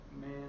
man